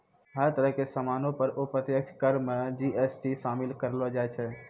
हर तरह के सामानो पर अप्रत्यक्ष कर मे जी.एस.टी शामिल करलो जाय छै